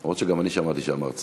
אף שגם אני שמעתי שאמרת